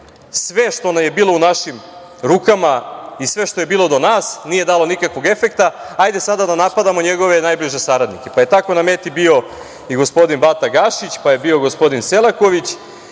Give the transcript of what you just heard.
sve što nam je bilo u našim rukama i sve što je bilo do nas nije dalo nikakvog efekta, ajde sada da napadamo njegove najbliže saradnike. Pa je tako na meti bio i gospodin Bata Gašić, pa je bio gospodin Selaković